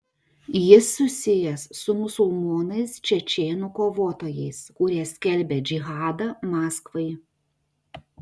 jis susijęs su musulmonais čečėnų kovotojais kurie skelbia džihadą maskvai